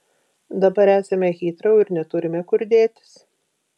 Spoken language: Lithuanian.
dabar esame hitrou ir neturime kur dėtis